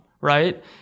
right